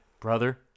brother